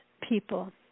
people